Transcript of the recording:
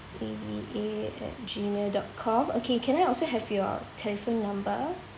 A V A at gmail dot com okay can I also have your telephone number